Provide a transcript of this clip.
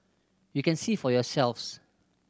you can see for yourselves